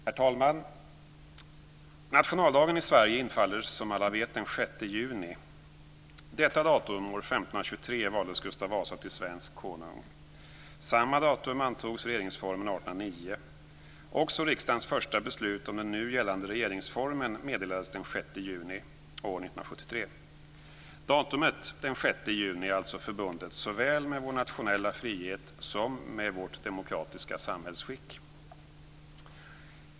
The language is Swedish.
Herr talman! Nationaldagen i Sverige infaller, som alla vet, den 6 juni. Detta datum år 1523 valdes Gustav Vasa till svensk konung. Samma datum antogs regeringnsformen 1809. Riksdagens första beslut om den nu gällande regeringsformen meddelades dessutom den 6 juni år 1973. Datumet den 6 juni är alltså förbundet såväl med vår nationella frihet som med vårt demokratiska samhällsskick.